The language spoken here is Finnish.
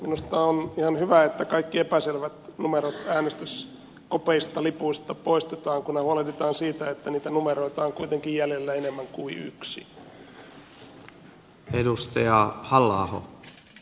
minusta on ihan hyvä että kaikki epäselvät numerot äänestyskopeista lipuista poistetaan kunhan huolehditaan siitä että niitä numeroita on kuitenkin jäljellä enemmän kuin yksi